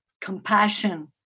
Compassion